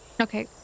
Okay